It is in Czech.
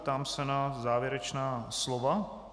Ptám se na závěrečná slova.